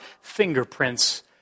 fingerprints